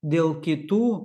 dėl kitų